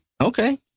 Okay